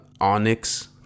onyx